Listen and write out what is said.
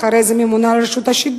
אחרי זה הממונה על רשות השידור,